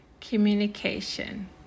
communication